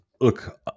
look